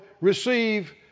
receive